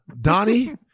Donnie